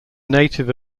native